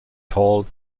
tall